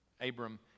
Abram